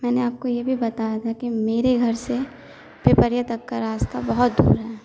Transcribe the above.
मैंने आपको ये भी बताया था कि मेरे घर से पेपरिया तक का रास्ता बहुत दूर है